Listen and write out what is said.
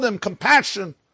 compassion